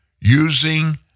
using